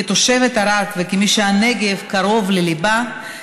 כתושבת ערד וכמי שהנגב קרוב לליבה,